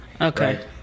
okay